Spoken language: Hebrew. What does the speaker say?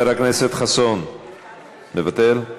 מוותר,